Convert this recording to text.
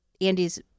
Andy's